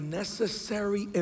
necessary